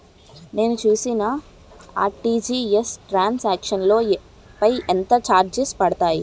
నేను చేసిన RTGS transaction లో పై ఎంత చార్జెస్ పడతాయి?